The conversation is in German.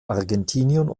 argentinien